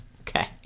Okay